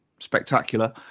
spectacular